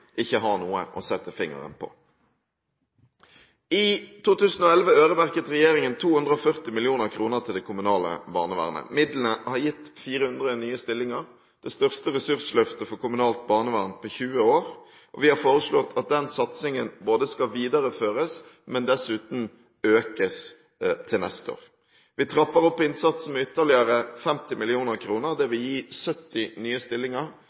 ikke har noe å sette fingeren på. I 2011 øremerket regjeringen 240 mill. kr til det kommunale barnevernet. Midlene har gitt 400 nye stillinger – det største ressursløftet for kommunalt barnevern på 20 år. Vi har foreslått at den satsingen skal videreføres og dessuten økes til neste år. Vi trapper opp innsatsen med ytterligere 50 mill. kr. Det vil gi 70 nye stillinger,